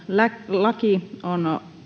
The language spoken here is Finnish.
laki on